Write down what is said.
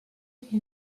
que